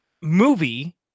movie